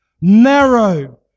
Narrow